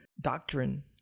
doctrine